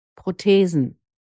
Prothesen